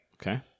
Okay